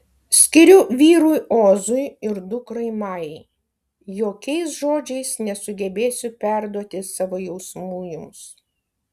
skiriu vyrui ozui ir dukrai majai jokiais žodžiais nesugebėsiu perduoti savo jausmų jums